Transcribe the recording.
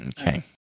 okay